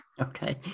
Okay